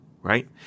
right